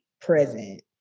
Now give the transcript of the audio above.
present